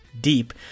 deep